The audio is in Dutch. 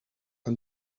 een